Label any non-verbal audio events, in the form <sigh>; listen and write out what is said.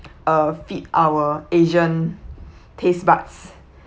uh fit our asian <breath> taste buds